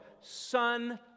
son